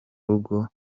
rugo